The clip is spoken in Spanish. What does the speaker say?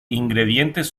ingredientes